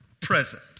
present